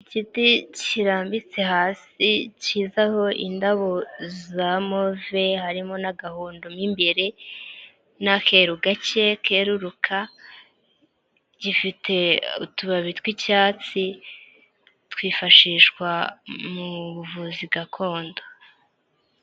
Igiti kirambitse hasi kizaho indabo za move harimo n'agahondo mw'imbere n'akeru gake keruruka ,gifite utubabi tw'icyatsi twifashishwa mu buvuzi gakondo.